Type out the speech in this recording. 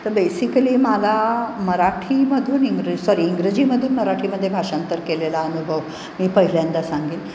तर बेसिकली मला मराठीमधून इंग्र सॉरी इंग्रजीमधून मराठीमध्ये भाषांतर केलेला अनुभव मी पहिल्यांदा सांगेन